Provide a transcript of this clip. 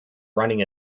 running